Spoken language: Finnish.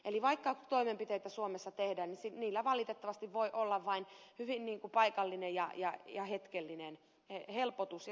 eli vaikka toimenpiteitä suomessa tehdään niin niillä valitettavasti voi olla vain hyvin paikallinen ja hetkellinen helpotus